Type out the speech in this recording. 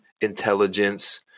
intelligence